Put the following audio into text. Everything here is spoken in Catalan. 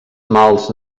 mals